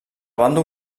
bàndol